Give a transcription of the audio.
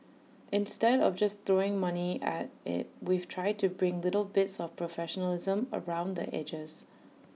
instead of just throwing money at IT we've tried to bring little bits of professionalism around the edges